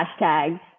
hashtags